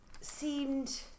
seemed